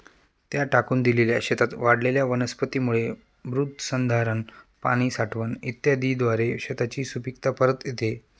त्या टाकून दिलेल्या शेतात वाढलेल्या वनस्पतींमुळे मृदसंधारण, पाणी साठवण इत्यादीद्वारे शेताची सुपीकता परत येते